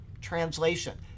translation